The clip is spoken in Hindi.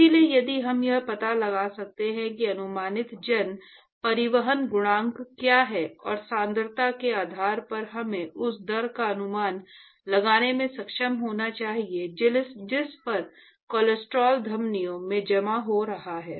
इसलिए यदि हम यह पता लगा सकते हैं कि अनुमानित जन परिवहन गुणांक क्या है और सांद्रता के आधार पर हमें उस दर का अनुमान लगाने में सक्षम होना चाहिए जिस पर कोलेस्ट्रॉल धमनियों में जमा हो रहा है